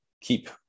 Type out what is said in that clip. keep